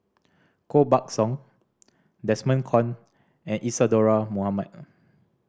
Koh Buck Song Desmond Kon and Isadhora Mohamed